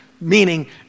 meaning